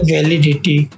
Validity